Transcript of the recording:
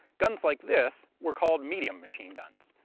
guns like this were called medium machine guns,